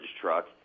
truck